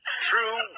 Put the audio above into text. True